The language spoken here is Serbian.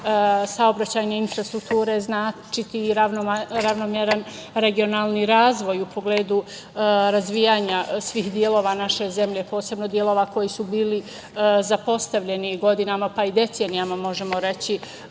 saobraćajne infrastrukture značiti i ravnomeran regionalan razvoj u pogledu razvijanja svih delova naše zemlje, posebno delova koji su bili zapostavljeni godinama, pa i decenijama možemo reći.